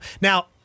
now